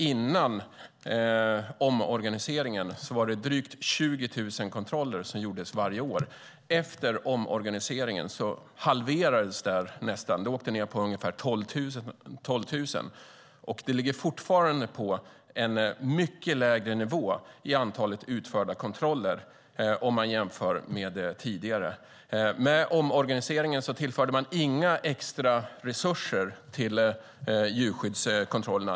Före omorganiseringen gjordes det drygt 20 000 kontroller varje år. Efter omorganiseringen halverades det nästan och gick ned till ungefär 12 000. Antalet utförda kontroller ligger fortfarande på en mycket lägre nivå jämfört med tidigare. Vid omorganiseringen tillförde man inga extra resurser till djurskyddskontrollerna.